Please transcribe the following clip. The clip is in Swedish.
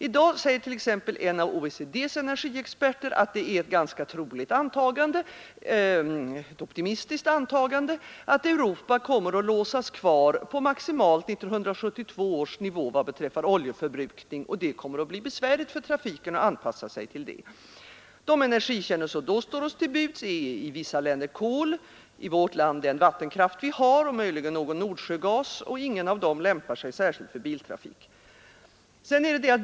I dag säger t.ex. en av OECD:s energiexperter, att det är ett ganska troligt antagande att Europa kommer att låsas kvar på maximalt 1972 års nivå vad beträffar oljeförbrukning, och det kommer att bli besvärligt för trafiken att anpassa sig till detta. De energikällor som då står oss till buds är i vissa länder kol, i vårt land den vattenkraft vi har och möjligen något Nordsjögas. Ingen av dessa lämpar sig särskilt för biltrafik.